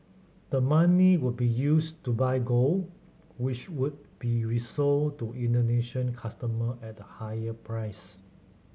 the money would be used to buy gold which would be resold to Indonesian customer at a higher price